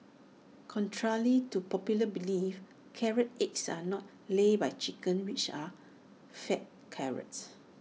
contrary to popular belief carrot eggs are not laid by chickens which are fed carrots